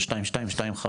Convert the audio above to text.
של 2225,